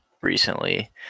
recently